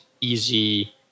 easy